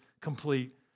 complete